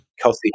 Kelsey